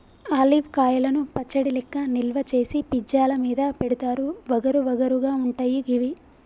olive కాయలను పచ్చడి లెక్క నిల్వ చేసి పిజ్జా ల మీద పెడుతారు వగరు వగరు గా ఉంటయి గివి